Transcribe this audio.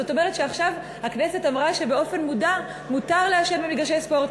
זאת אומרת שעכשיו הכנסת אמרה שבאופן מודע מותר לעשן במגרשי ספורט.